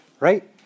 Right